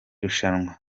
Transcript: rushanwa